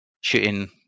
shooting